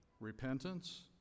repentance